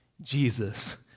Jesus